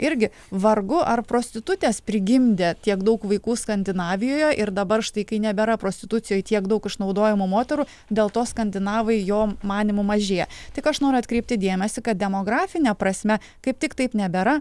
irgi vargu ar prostitutės prigimdė tiek daug vaikų skandinavijoje ir dabar štai kai nebėra prostitucijoj tiek daug išnaudojamų moterų dėl to skandinavai jo manymu mažėja tik aš noriu atkreipti dėmesį kad demografine prasme kaip tik taip nebėra